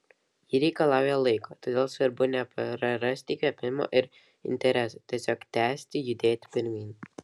ji reikalauja laiko todėl svarbu neprarasti įkvėpimo ir intereso tiesiog tęsti judėti pirmyn